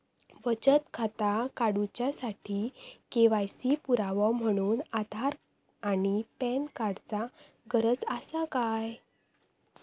बचत खाता काडुच्या साठी के.वाय.सी पुरावो म्हणून आधार आणि पॅन कार्ड चा गरज आसा काय?